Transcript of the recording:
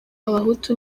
abahutu